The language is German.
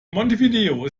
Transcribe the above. montevideo